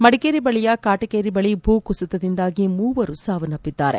ಮಡಿಕೇರಿ ಬಳಿಯ ಕಾಟಕೇರಿ ಬಳಿ ಭೂ ಕುಸಿತದಿಂದಾಗಿ ಮೂವರು ಸಾವನ್ನಪ್ಪಿದ್ದಾರೆ